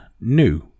new